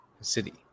city